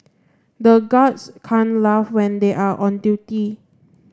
the guards can't laugh when they are on duty